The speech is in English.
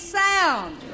sound